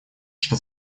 что